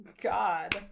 god